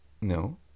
No